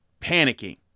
panicking